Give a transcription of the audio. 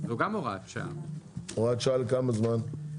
זאת גם הוראת שעה לאותה תקופה,